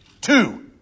Two